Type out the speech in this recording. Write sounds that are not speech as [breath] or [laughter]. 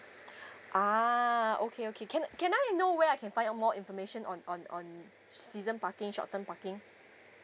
[breath] ah okay okay can can I know where I can find out more information on on on season parking short term parking